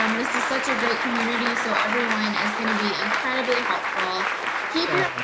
um this is such a great community. so everyone is going to be incredibly helpful keep and